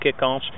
kickoffs